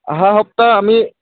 অহাসপ্তাহ আমি